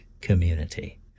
community